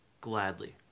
gladly